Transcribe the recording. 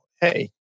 hey